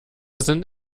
sind